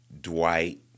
Dwight